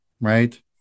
right